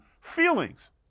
feelings